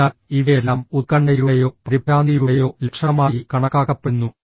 അതിനാൽ ഇവയെല്ലാം ഉത്കണ്ഠയുടെയോ പരിഭ്രാന്തിയുടെയോ ലക്ഷണമായി കണക്കാക്കപ്പെടുന്നു